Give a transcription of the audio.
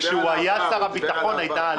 כשהוא היה שר הביטחון הייתה עלייה.